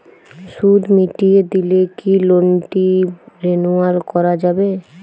সুদ মিটিয়ে দিলে কি লোনটি রেনুয়াল করাযাবে?